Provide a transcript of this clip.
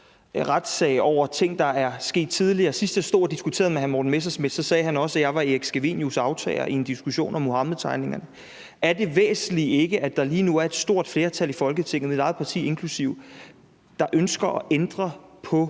retssag over ting, der er sket tidligere. Sidst, jeg stod og diskuterede med hr. Morten Messerschmidt i en debat om Muhammedtegningerne, sagde han også, at jeg var Erik Scavenius' arvtager. Er det væsentlige ikke, at der lige nu er et stort flertal i Folketinget – mit eget parti inklusive – der ønsker at ændre på